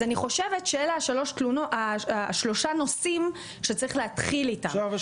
אז אני חושבת שאלה שלושת הנושאים שצריך להתחיל איתם.